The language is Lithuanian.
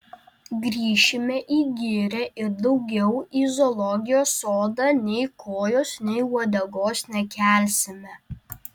grįšime į girią ir daugiau į zoologijos sodą nei kojos nei uodegos nekelsime